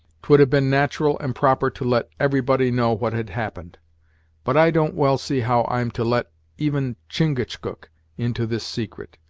twould have been nat'ral and proper to let everybody know what had happened but i don't well see how i'm to let even chingachgook into this secret,